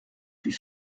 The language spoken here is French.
puis